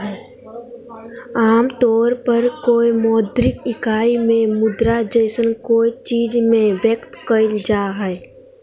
आमतौर पर कोय मौद्रिक इकाई में मुद्रा जैसन कोय चीज़ में व्यक्त कइल जा हइ